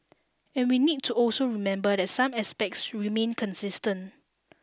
and we need to also remember that some aspects remain consistent